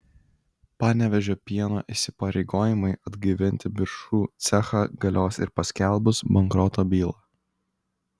panevėžio pieno įsipareigojimai atgaivinti biržų cechą galios ir paskelbus bankroto bylą